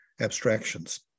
abstractions